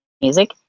music